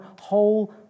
whole